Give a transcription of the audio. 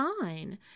fine